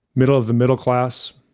middle of the middle class,